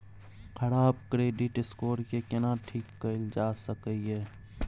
खराब credit score के केना ठीक कैल जा सकै ये?